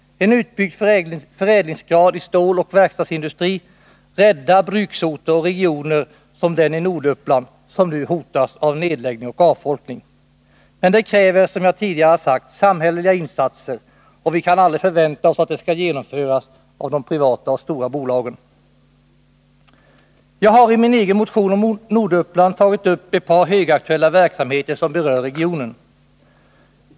En utbyggd förädlingsgrad i ståloch verkstadsindustri räddar bruksorter och regioner som den i Norduppland, som nu hotas av nedläggning och avfolkning. Men det kräver, som jag tidigare sagt, samhälleliga insatser, och vi kan inte förvänta att de skall genomföras av de privata storbolagen. Jag har i min egen motion om Norduppland tagit upp ett par högaktuella verksamheter som berör regionen.